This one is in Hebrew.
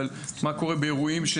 אבל מה קורה באירועים?